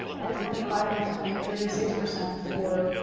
and twenty five percent to thirty six percent for